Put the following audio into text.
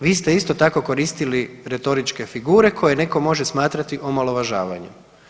Vi ste isto tako koristili retoričke figure koje netko može smatrati omalovažavanjem.